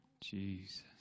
Jesus